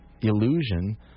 illusion